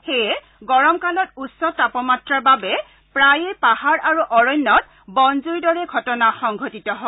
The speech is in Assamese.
সেয়ে গৰম কালত উচ্চ তাপমাত্ৰাৰ বাবে প্ৰায়েই পাহাৰ আৰু অৰণ্যত বনজুইৰ দৰে ঘটনা সংঘটিত হয়